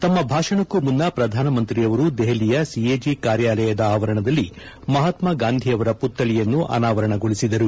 ತಮ್ಮ ಭಾಷಣಕ್ಕೂ ಮುನ್ನ ಪ್ರಧಾನಮಂತ್ರಿಯವರು ದೆಹಲಿಯ ಸಿಎಜಿ ಕಾರ್ಯಾಲಯದ ಆವರಣದಲ್ಲಿ ಮಹಾತ್ಮಾ ಗಾಂಧಿಯವರ ಪುತ್ತಳಿಯನ್ನು ಅನಾವರಣಗೊಳಿಸಿದರು